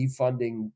defunding